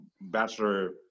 bachelor